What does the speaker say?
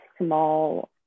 small